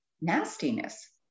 nastiness